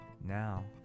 now